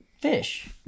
fish